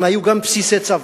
הם היו גם בסיסי צבא.